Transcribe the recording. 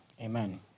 Amen